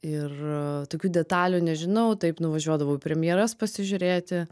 ir tokių detalių nežinau taip nuvažiuodavau į premjeras pasižiūrėti